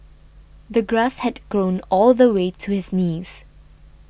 the grass had grown all the way to his knees